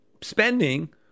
spending